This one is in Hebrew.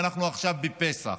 ואנחנו עכשיו בפסח,